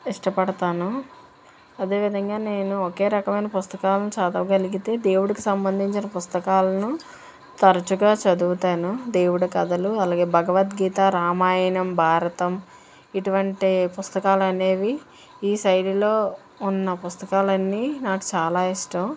ఇష్టపడతాను అదేవిధంగా నేను ఒకే రకమైన పుస్తకాలను చదవగలిగితే దేవుడుకి సంబంధించిన పుస్తకాలను తరచుగా చదువుతాను దేవుడు కథలు అలాగే భగవద్గీత రామాయణం భారతం ఇటువంటి పుస్తకాలు అనేవి ఈ శైలులో ఉన్న పుస్తకాలన్నీ నాకు చాలా ఇష్టం